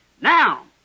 Now